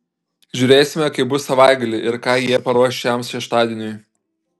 žiūrėsime kaip bus savaitgalį ir ką jie paruoš šiam šeštadieniui